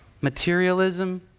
Materialism